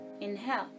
Inhale